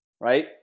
right